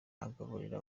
agaburira